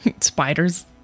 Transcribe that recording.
Spiders